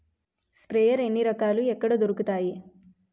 Sprayer ఎన్ని రకాలు? ఎక్కడ దొరుకుతాయి?